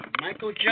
Michael